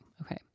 okay